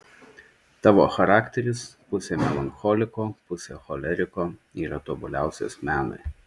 tavo charakteris pusė melancholiko pusė choleriko yra tobuliausias menui